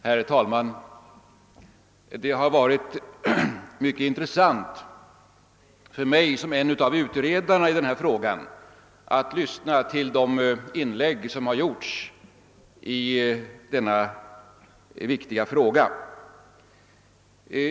Herr talman! Det har varit mycket intressant för mig som en av utredarna av denna fråga att lyssna till de inlägg som har gjorts i denna viktiga debatt.